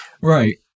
Right